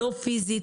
לא פיזית,